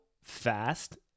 fast